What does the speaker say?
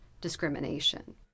discrimination